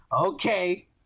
okay